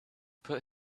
put